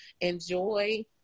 enjoy